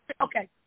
Okay